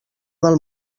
del